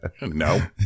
No